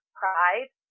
pride